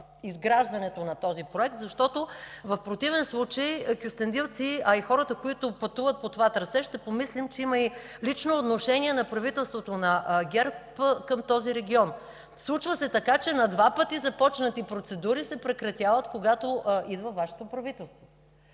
изграждането на този проект, защото в противен случай кюстендилци, а и хората, които пътуват по това трасе, ще помислим, че има лично отношение на правителството на ГЕРБ към този регион. Случва се така, че на два пъти започнати процедури се прекратяват, когато идва Вашето правителство.